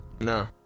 No